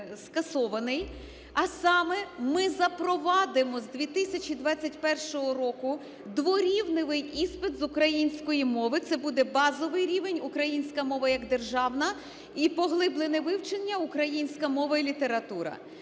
а саме: ми запровадимо з 2021 року дворівневий іспит з української мови. Це буде базовий рівень – українська мова як державна і поглиблене вивчення - українська мова і література.